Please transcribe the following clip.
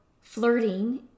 flirting